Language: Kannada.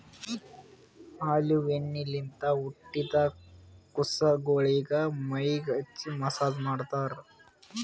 ಆಲಿವ್ ಎಣ್ಣಿಲಿಂತ್ ಹುಟ್ಟಿದ್ ಕುಸಗೊಳಿಗ್ ಮೈಗ್ ಹಚ್ಚಿ ಮಸ್ಸಾಜ್ ಮಾಡ್ತರ್